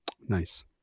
Nice